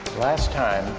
last time